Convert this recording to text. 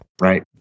Right